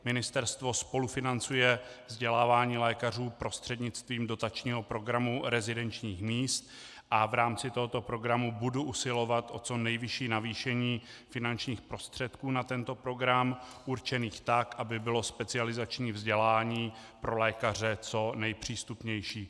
Ministerstvo spolufinancuje vzdělávání lékařů prostřednictvím dotačního programu rezidenčních míst a v rámci tohoto programu budu usilovat o co nejvyšší navýšení finančních prostředků na tento program, určených tak, aby bylo specializační vzdělání pro lékaře co nejpřístupnější.